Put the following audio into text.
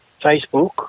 Facebook